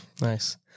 Nice